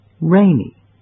Rainy